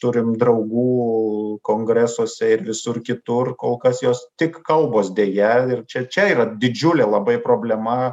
turim draugų kongresuose ir visur kitur kol kas jos tik kalbos deja ir čia čia yra didžiulė labai problema